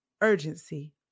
urgency